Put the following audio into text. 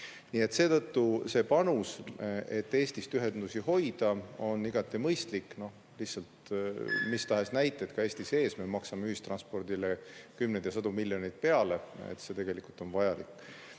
Nii et seetõttu see panus, et Eestist ühendusi hoida, on igati mõistlik. Mis tahes näited ka Eesti sees: me maksame ühistranspordile kümneid ja sadu miljoneid peale, sest see tegelikult on vajalik.